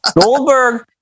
Goldberg